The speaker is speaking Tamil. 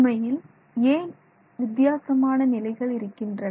உண்மையில் ஏன் வித்யாசமான நிலைகள் இருக்கின்றன